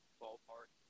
ballpark